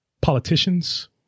politicians